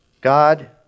God